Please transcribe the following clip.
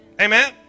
Amen